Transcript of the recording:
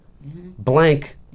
blank